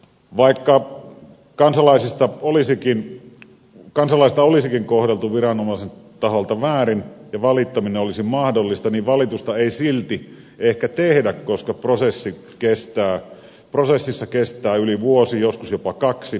vaikka kansalaista olisikin kohdeltu viranomaisen taholta väärin ja valittaminen olisi mahdollista valitusta ei silti ehkä tehdä koska prosessissa kestää yli vuoden joskus jopa kaksi